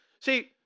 See